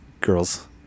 girls